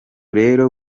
rero